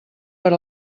per